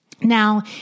Now